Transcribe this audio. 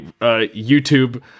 YouTube